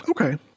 Okay